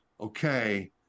okay